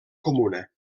comuna